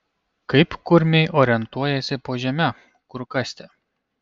kaip kurmiai orientuojasi po žeme kur kasti